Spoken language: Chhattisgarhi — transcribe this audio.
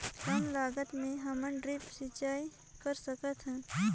कम लागत मे हमन ड्रिप सिंचाई कर सकत हन?